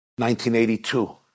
1982